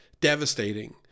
devastating